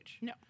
No